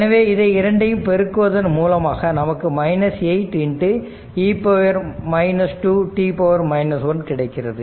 எனவே இதை இரண்டையும் பெருக்குவதன் மூலமாக நமக்கு 8e 2 கிடைக்கிறது